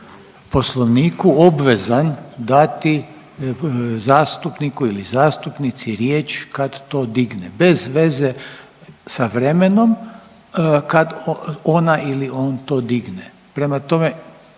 Poslovniku obvezan dati zastupniku ili zastupnici riječ kad to digne, bez veze sa vremenom, kad ona ili on to digne. Prema tome